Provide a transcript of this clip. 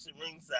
ringside